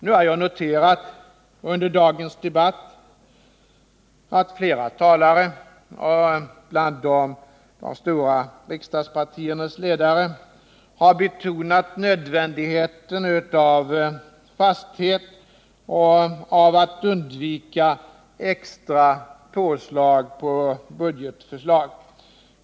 Nu har jag under dagens debatt noterat att flera talare, bland dem de stora riksdagspartiernas ledare, har betonat nödvändigheten av fasthet och av att undvika påslag på budgetförslag.